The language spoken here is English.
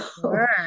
sure